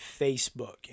Facebook